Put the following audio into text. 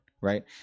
right